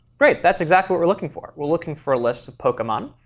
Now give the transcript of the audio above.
great. that's exactly what we're looking for. we're looking for a list of pokemon.